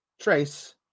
Trace